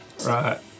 Right